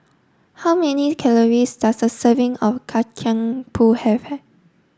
how many calories does a serving of Kacang Pool have